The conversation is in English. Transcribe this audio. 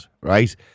Right